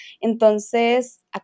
Entonces